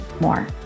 more